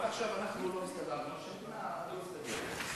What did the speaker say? עד עכשיו אנחנו לא הסתדרנו, שהמדינה לא תסתדר.